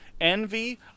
Envy